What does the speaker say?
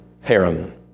harem